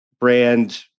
brand